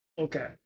okay